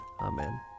Amen